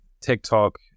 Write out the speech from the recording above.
TikTok